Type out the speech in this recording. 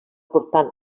portant